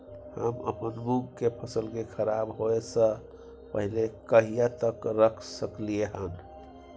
हम अपन मूंग के फसल के खराब होय स पहिले कहिया तक रख सकलिए हन?